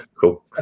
Cool